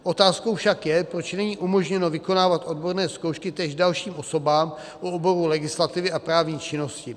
Otázkou však je, proč není umožněno vykonávat odborné zkoušky též dalším osobám u oboru legislativy a právní činnosti.